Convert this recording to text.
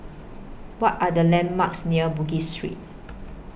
What Are The landmarks near Bugis Street